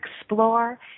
explore